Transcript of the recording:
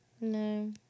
No